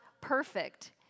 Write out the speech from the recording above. perfect